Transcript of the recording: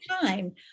time